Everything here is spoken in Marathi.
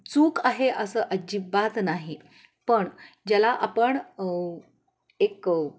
चूक आहे असं अजिबात नाही पण ज्याला आपण एक